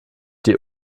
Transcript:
die